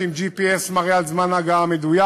שעם GPS מראה את זמן ההגעה המדויק,